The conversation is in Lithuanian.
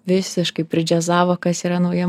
visiškai pridžiazavo kas yra nauja